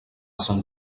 sant